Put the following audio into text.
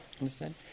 understand